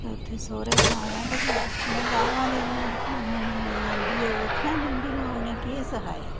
उत्थै सौह्रे जाना ते फ्ही सस्सू ने गालां देनियां रूट्टी बनाने गी नेईं औंदी होग आखना इंदी माऊ ने केह् सखाया